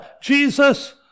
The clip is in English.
Jesus